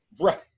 Right